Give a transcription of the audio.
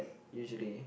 usually